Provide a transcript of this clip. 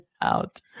out